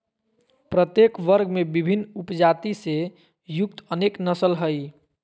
प्रत्येक वर्ग में विभिन्न उपजाति से युक्त अनेक नस्ल हइ